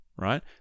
right